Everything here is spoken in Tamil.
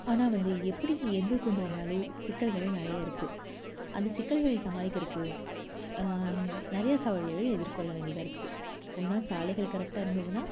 ஆனால் வந்து எப்படி எது கொண்டு வந்தாலோ சிக்கல்கள் நிறையா இருக்குது அந்த சிக்கல்கள் சமாளிக்கிறதுக்கு நிறைய சவால்கள் எதிர்கொள்ள வேண்டியதா இருக்குது ஒன்றா சாலைகள் கரெக்டாக இருந்ததுனால்